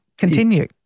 Continue